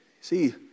See